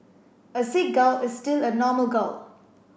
a sick gal is still a normal gal